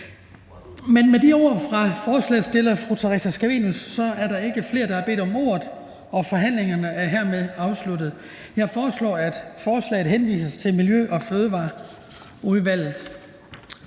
Men med de ord fra forslagsstiller fru Theresa Scavenius er der ikke flere, der har bedt om ordet, og forhandlingerne er hermed afsluttet. Jeg foreslår, at forslaget til folketingsbeslutning henvises til Miljø- og Fødevareudvalget.